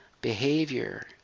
behavior